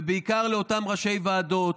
ובעיקר לאותם ראשי ועדות: